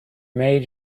made